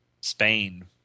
Spain